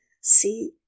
See